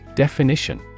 Definition